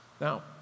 Now